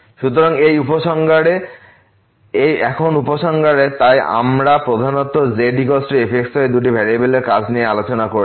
সুতরাং এখন উপসংহারে তাই আমরা প্রধানত Z f x y দুটি ভেরিয়েবলের কাজ নিয়ে আলোচনা করেছি